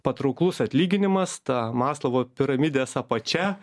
patrauklus atlyginimas ta maslovo piramidės apačia